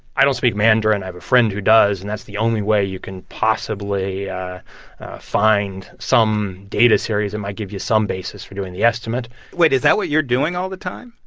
i don't speak mandarin. i have a friend who does, and that's the only way you can possibly find some data series that and might give you some basis for doing the estimate wait. is that what you're doing all the time?